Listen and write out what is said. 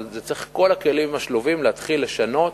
אבל בכל הכלים השלובים צריכים להתחיל לשנות,